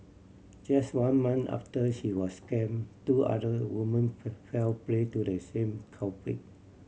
just one month after she was scam two other women fell prey to the same culprit